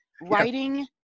writing